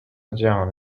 جهان